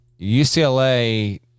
UCLA